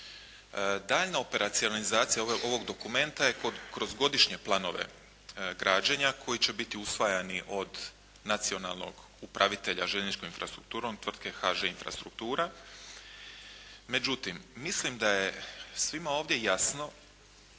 Daljnja operacionalizacija ovog dokumenta je kroz godišnje planove građenja koji će biti usvajani od nacionalnog upravitelja željezničkom infrastrukturom tvrtke HŽ infrastruktura. Međutim, mislim da je svima ovdje jasno